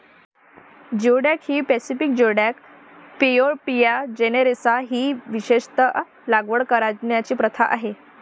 geoduck ही Pacific geoduck, Panopea generosa ही विशेषत लागवड करण्याची प्रथा आहे